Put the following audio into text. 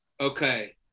Okay